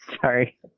Sorry